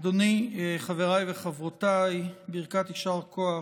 אדוני, חבריי וחברותיי, ברכת יישר כוח